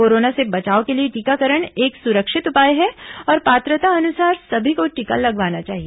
corona से बचाव के लिए टीकाकरण एक सुरक्षित उपाय है और पात्रतानुसार सभी को टीका लगवाना चाहिए